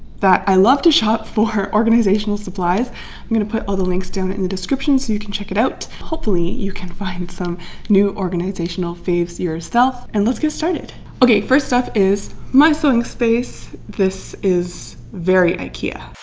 that i love to shop for organizational supplies i'm gonna put all the links down in the description so you can check it out hopefully, you can find some new organizational faves yourself and let's get started. okay first up is my sewing space. this is very ikea